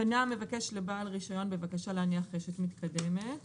פנה המבקש לבעל רישיון בבקשה להניח רשת מתקדמת - כלומר,